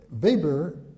Weber